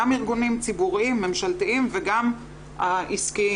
גם ארגונים ציבוריים, ממשלתיים וגם העסקיים.